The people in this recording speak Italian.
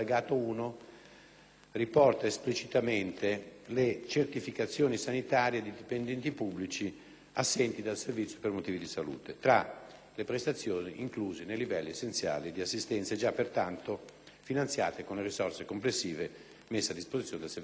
nell'allegato 1, riporta esplicitamente le «Certificazioni sanitarie ai dipendenti pubblici assenti dal servizio per motivi di salute» tra le prestazioni incluse nei livelli essenziali di assistenza e già, pertanto, finanziate con le risorse complessive messe a disposizione del Servizio sanitario nazionale.